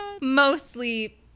mostly